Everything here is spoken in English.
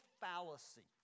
fallacy